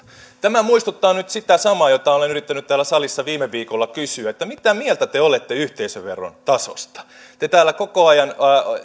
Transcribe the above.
tämä muistuttaa nyt sitä samaa jota olen yrittänyt täällä salissa viime viikolla kysyä mitä mieltä te te olette yhteisöveron tasosta te täällä koko ajan